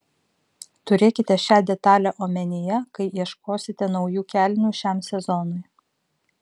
turėkite šią detalę omenyje kai ieškosite naujų kelnių šiam sezonui